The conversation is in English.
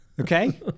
Okay